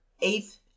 eighth